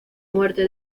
muerte